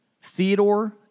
Theodore